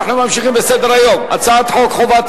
אנחנו ממשיכים בסדר-היום: הצעת חוק חובת